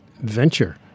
venture